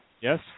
Yes